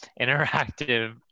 interactive